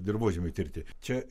dirvožemiui tirti čia